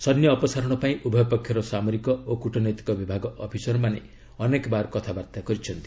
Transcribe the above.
ସୈନ୍ୟ ଅପସାରଣ ପାଇଁ ଉଭୟପକ୍ଷର ସାମରିକ ଓ କୁଟନୈତିକ ବିଭାଗ ଅଫିସରମାନେ ଅନେକବାର କଥାବାର୍ତ୍ତା କରିଛନ୍ତି